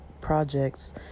projects